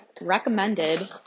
recommended